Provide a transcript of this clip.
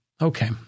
Okay